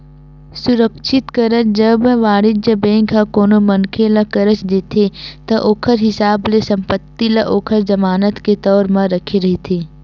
सुरक्छित करज, जब वाणिज्य बेंक ह कोनो मनखे ल करज देथे ता ओखर हिसाब ले संपत्ति ल ओखर जमानत के तौर म रखे रहिथे